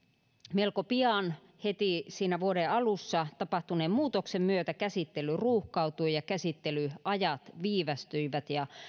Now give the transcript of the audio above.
melko pian heti siinä vuoden alussa tapahtuneen muutoksen myötä käsittely ruuhkautui ja käsittelyajat viivästyivät ja